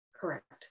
Correct